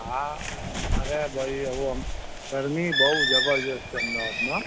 હા અરે ભાઈ હવે અમ ગરમી બહુ જબરદસ્ત છે અમદાવાદમાં